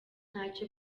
ntacyo